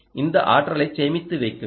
இந்த ஆற்றலைச் சேமித்து வைக்க வேண்டும்